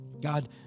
God